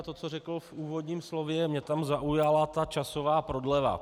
To, co řekl v úvodním slově, mě tam zaujala ta časová prodleva.